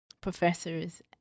professors